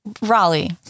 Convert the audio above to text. Raleigh